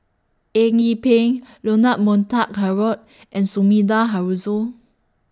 Eng Yee Peng Leonard Montague Harrod and Sumida Haruzo